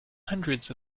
hundreds